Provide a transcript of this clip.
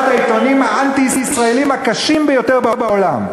העיתונים האנטי-ישראליים הקשים ביותר בעולם.